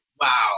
wow